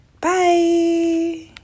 Bye